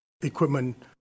equipment